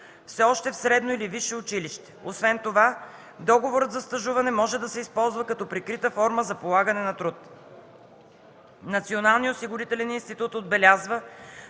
все още в средно или висше училище. Освен това, договорът за стажуване може да се използва като прикрита форма за полагане на труд. Националният осигурителен институт отбелязва,